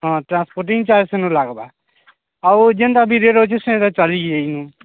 ହଁ transporting charge ସେନୁ ଲାଗ୍ବା ଆଉ ଯେନ୍ତା ବି ରେଜିଷ୍ଟର୍ ହେନୁ ଚାଲିଯି ଏଇନୁ